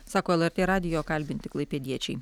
sako lrt radijo kalbinti klaipėdiečiai